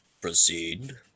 Proceed